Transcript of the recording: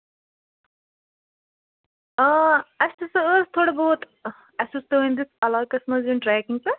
آ اَسہِ ہَسا ٲسۍ تھوڑا بہت اَسہِ اوس تُہٕنٛدِس عَلاقَس منٛز یُن ٹرٛیکِنٛگ پٮ۪ٹھ